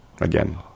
again